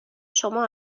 شما